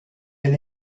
elle